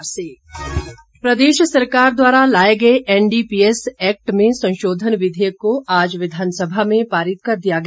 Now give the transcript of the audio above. विधेयक प्रदेश सरकार द्वारा लाए गए N D P S act में संशोधन विधेयक को आज विधानसभा में पारित कर दिया गया